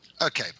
Okay